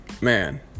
Man